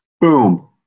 Boom